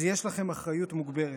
אז יש לכם אחריות מוגברת.